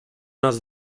nas